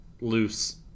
loose